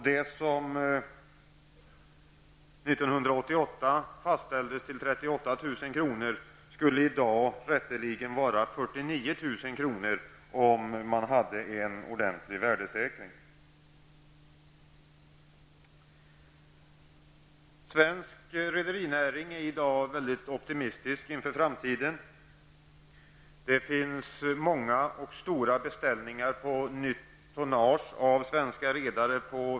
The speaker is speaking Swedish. Det belopp som 1988 Svensk rederinäring är i dag mycket optimistisk med tanke på framtiden. Det finns på världens varv många och stora beställningar på nytt tonnage av svenska redare.